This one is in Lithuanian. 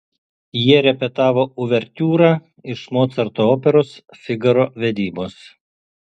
jie repetavo uvertiūrą iš mocarto operos figaro vedybos